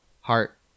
heart